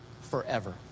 forever